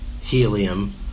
Helium